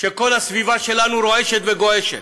כשכל הסביבה שלנו רועשת וגועשת.